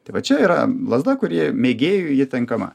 tai va čia yra lazda kuri mėgėjui ji tinkama